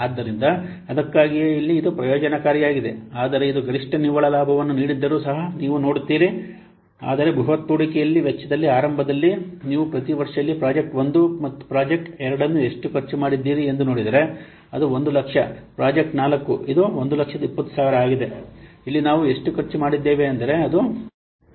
ಆದ್ದರಿಂದ ಅದಕ್ಕಾಗಿಯೇ ಇದು ಇಲ್ಲಿ ಪ್ರಯೋಜನಕಾರಿಯಾಗಿದೆ ಆದರೆ ಇದು ಗರಿಷ್ಠ ನಿವ್ವಳ ಲಾಭವನ್ನು ನೀಡಿದ್ದರೂ ಸಹ ನೀವು ನೋಡುತ್ತೀರಿ ಆದರೆ ಬೃಹತ್ ಹೂಡಿಕೆಯ ವೆಚ್ಚದಲ್ಲಿ ಆರಂಭದಲ್ಲಿ ನೀವು ಪ್ರತಿ ವರ್ಷ ಇಲ್ಲಿ ಪ್ರಾಜೆಕ್ಟ್ 1 ಮತ್ತು ಪ್ರಾಜೆಕ್ಟ್ 2 ಅನ್ನು ಎಷ್ಟು ಖರ್ಚು ಮಾಡುತ್ತಿದ್ದೀರಿ ಎಂದು ನೋಡಿದರೆ ಅದು 100000 ಪ್ರಾಜೆಕ್ಟ್ 4 ಇದು 120000 ಆಗಿದೆ ಇಲ್ಲಿ ನಾವು ಎಷ್ಟು ಖರ್ಚು ಮಾಡಿದ್ದೇವೆ ಅಂದರೆ ಅದು 100000